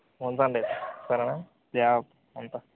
ఉంచండి సరేనా జాగ్రత్త ఉంటాను